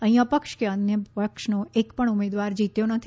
અહી અપક્ષ કે અન્ય પક્ષ નો એકપણ ઉમેદવાર જીત્યો નથી